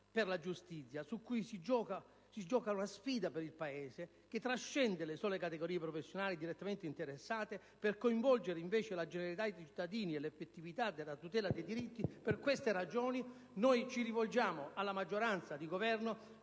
per la giustizia su cui si gioca una sfida per il Paese, che trascende le sole categorie professionali direttamente interessate, per coinvolgere invece la generalità dei cittadini e l'effettività della tutela dei diritti. Per queste ragioni, noi ci rivolgiamo alla maggioranza di Governo